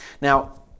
Now